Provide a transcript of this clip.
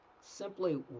simply